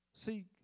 See